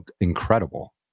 incredible